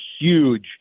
huge